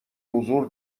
حضور